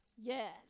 yes